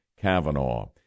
Kavanaugh